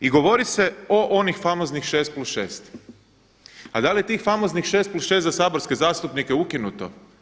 I govori se o onih famoznih 6 + 6. A da li tih famoznih 6 + 6 za saborske zastupnike ukinuto?